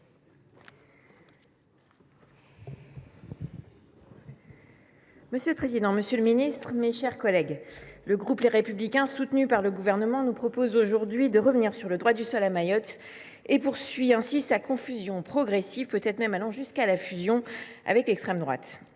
Monsieur le président, monsieur le ministre, mes chers collègues, le groupe Les Républicains, soutenu par le Gouvernement, nous propose aujourd’hui de revenir sur le droit du sol à Mayotte, poursuivant ainsi sa confusion progressive, voire sa fusion, avec l’extrême droite.